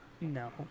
No